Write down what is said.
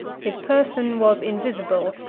his person was invisible,